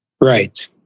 Right